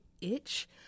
itch